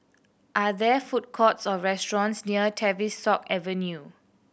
are there food courts or restaurants near Tavistock Avenue